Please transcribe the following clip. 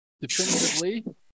definitively